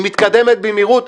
היא מתקדמת במהירות,